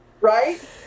Right